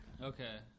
Okay